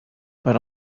per